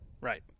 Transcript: Right